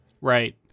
Right